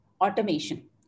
automation